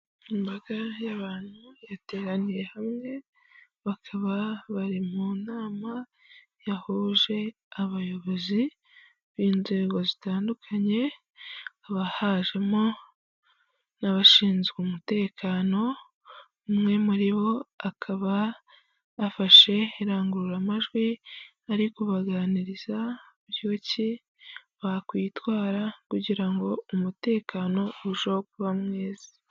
Imbaga y'abantu yateraniye hamwe, bakaba bari mu nama yahuje abayobozi b'inzego zitandukanye, hakaba hajemo n'abashinzwe umutekano, umwe muri bo akaba afashe irangururamajwi ari kubaganiriza buryo ki bakwitwara kugira ngo umutekano urusheho kuba mwiza.